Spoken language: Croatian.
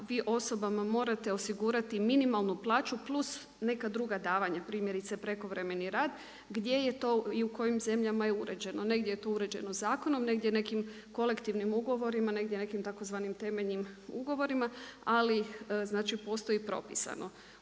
vi osobama morate osigurati minimalnu plaću plus neka druga davanja primjerice prekovremeni rad, gdje je to i u kojim zemljama je uređeno. Negdje je to uređeno zakonom, negdje nekim kolektivnim ugovorima, negdje nekim tzv. temeljnim ugovorima, ali znači postoji propisano.